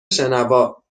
شنوا